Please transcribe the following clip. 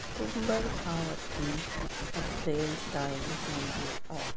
अक्टूंबर खां वठी अप्रैल ताईं हूंदो आहे